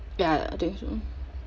ya I think so